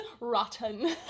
rotten